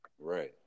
Right